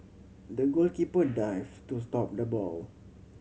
the goalkeeper dived to stop the ball